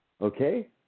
Okay